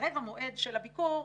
כשהתקרב מועד הביקור,